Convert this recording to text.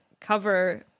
cover